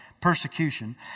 persecution